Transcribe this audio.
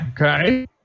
Okay